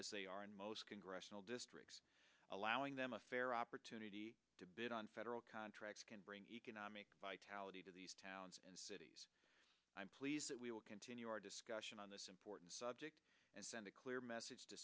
as they are in most congressional districts allowing them a fair opportunity to bid on federal contracts can bring economic vitality to these towns and cities i'm pleased that we will continue our discussion on this important subject and send a clear message to